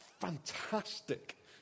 Fantastic